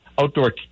outdoor